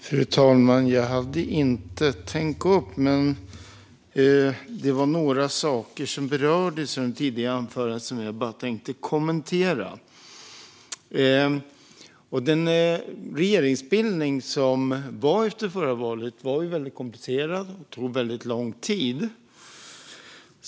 Fru talman! Jag hade inte tänkt gå upp i debatten. Men jag tänker bara kommentera några saker som har berörts i tidigare anföranden. Regeringsbildningen efter förra valet var väldigt komplicerad och tog väldigt lång tid.